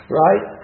right